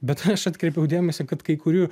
bet aš atkreipiau dėmesį kad kai kurių